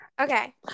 okay